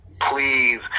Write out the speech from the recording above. Please